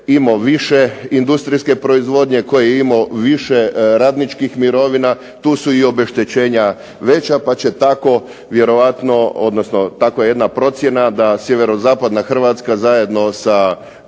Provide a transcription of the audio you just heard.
Hrvatske imao više industrijske proizvodnje, koji je imao više radničkih mirovina, tu su i obeštećenja veća pa će tako vjerojatno, takva jedna procjena da sjeverozapadna Hrvatska zajedno sa